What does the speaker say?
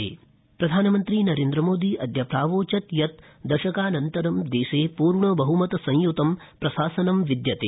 राज्यसभायां प्रधानमन्त्री प्रधानमन्त्री नरेन्द्रमोदी अद्य प्रावोचत् यत् दशकानन्तरं देशे पूर्णबहुमत संयुतं प्रशासनं विद्यते